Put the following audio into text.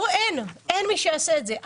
אין, אין מי שיעשה את זה.